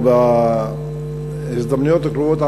או בהזדמנויות הקרובות,